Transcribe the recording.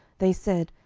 they said,